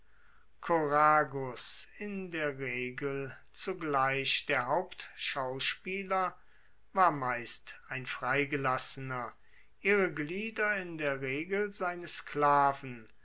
in der regel zugleich der hauptschauspieler war meist ein freigelassener ihre glieder in der regel seine sklaven